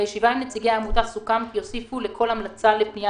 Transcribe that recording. בישיבה עם נציגי העמותה סוכם כי יוסיפו לכל המלצה לפנייה